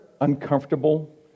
uncomfortable